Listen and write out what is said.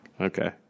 Okay